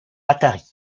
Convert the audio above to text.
atari